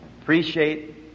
appreciate